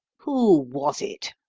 who was it,